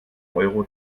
euro